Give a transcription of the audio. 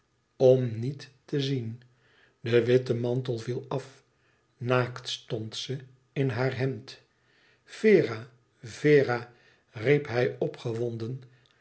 om niet te zien de witte mantel viel af naakt stond ze in haar hemd vera vera riep hij opgewonden